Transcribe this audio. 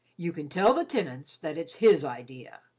you can tell the tenants that it's his idea.